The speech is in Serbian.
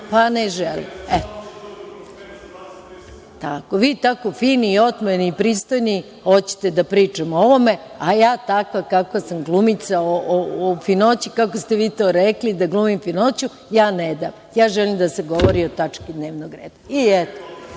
Ja glumim finoću. Vi tako fini, otmeni i pristojni, hoćete da pričate o tome, a ja takva kakva sam, glumica o finoći, kako ste vi to rekli, da glumim finoću, ja nedam. Ja želim da se govori o tački dnevnog reda. To